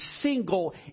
single